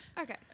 Okay